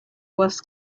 was